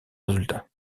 résultat